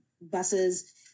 buses